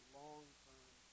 long-term